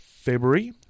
February